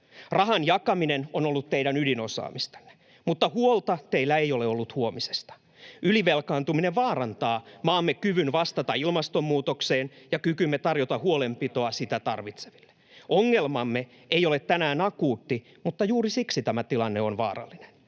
Rahan jakaminen on ollut teidän ydinosaamistanne, mutta huolta teillä ei ole ollut huomisesta. Ylivelkaantuminen vaarantaa maamme kyvyn vastata ilmastonmuutokseen ja kykymme tarjota huolenpitoa sitä tarvitseville. Ongelmamme ei ole tänään akuutti, mutta juuri siksi tämä tilanne on vaarallinen.